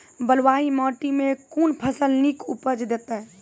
बलूआही माटि मे कून फसल नीक उपज देतै?